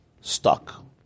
stuck